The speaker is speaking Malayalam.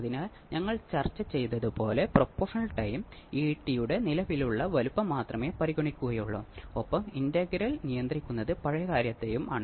അതിനാൽ എ ബീറ്റ എന്നിവയുടെ ഗുണനഫലം ഒന്നിനേക്കാൾ വലുതോ തുല്യമോ ആണെങ്കിൽ എന്റെ നേട്ടം 29 ന് തുല്യമായിരിക്കണം